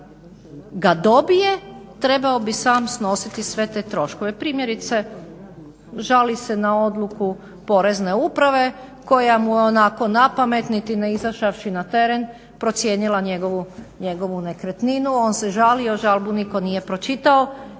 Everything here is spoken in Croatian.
ga dobije trebao bi sam snositi sve te troškove. Primjerice, žali se na odluku Porezne uprave koja mu je onako na pamet, niti ne izašavši na teren procijenila njegovu nekretninu. On se žalio, žalbu nitko nije pročitao